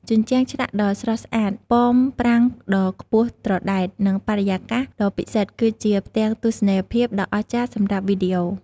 ជញ្ជាំងឆ្លាក់ដ៏ស្រស់ស្អាត ប៉មប្រាង្គដ៏ខ្ពស់ត្រដែត និងបរិយាកាសដ៏ពិសិដ្ឋគឺជាផ្ទាំងទស្សនីយភាពដ៏អស្ចារ្យសម្រាប់វីដេអូ។